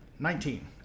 Nineteen